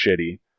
shitty